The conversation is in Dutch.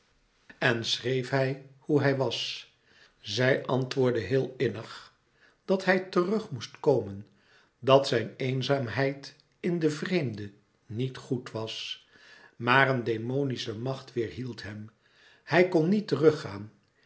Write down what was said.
en schreef hij hoe hij was zij antwoordde heel innig dat hij terug moest komen dat zijn eenzaamheid in den vreemde niet louis couperus metamorfoze goed was maar een demonische macht weêrhield hem hij kon niet terug gaan